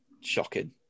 shocking